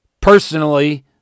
personally